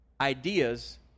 ideas